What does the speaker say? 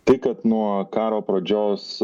tai kad nuo karo pradžios